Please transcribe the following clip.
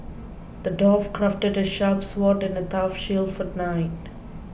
the dwarf crafted a sharp sword and a tough shield for the knight